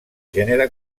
gènere